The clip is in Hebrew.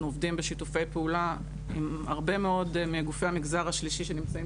אנחנו עובדים בשיתופי פעולה עם הרבה מאוד מגופי המגזר השלישי שנמצאים